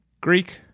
Greek